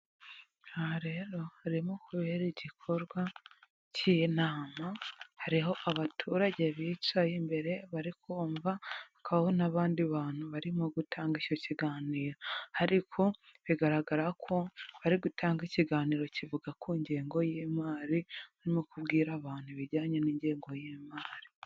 Aha rero harimo kubera igikorwa cy'inama, hariho abaturage bicaye imbere bari kumva, hakaba hariho n'abandi bantu barimo gutanga icyo kiganiro ariko bigaragara ko bari gutanga ikiganiro kivuga ku ngengo y'imari, barimo kubwira abantu ibijyanye n'ingengo y'imari.